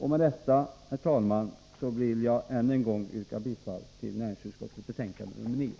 Med detta, herr talman, vill jag än en gång yrka bifall till utskottets hemställan i näringsutskottets betänkande nr 9.